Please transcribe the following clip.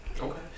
Okay